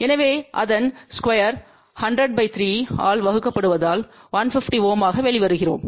எனவே அதன் ஸ்கொயர் 1003 ஆல் வகுக்கப்படுவதால் 150 Ω ஆக வெளிவருகிறோம்